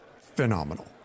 phenomenal